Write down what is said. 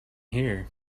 here